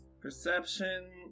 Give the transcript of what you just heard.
Perception